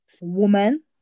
Woman